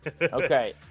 Okay